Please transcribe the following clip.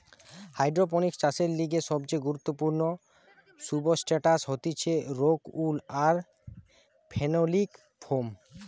hydroponics চাষের লিগে সবচেয়ে গুরুত্বপূর্ণ সুবস্ট্রাটাস হতিছে রোক উল আর ফেনোলিক ফোম